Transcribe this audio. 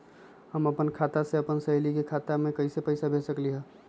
हम अपना खाता से अपन सहेली के खाता पर कइसे पैसा भेज सकली ह?